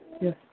Yes